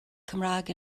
cymraeg